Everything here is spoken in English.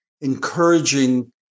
encouraging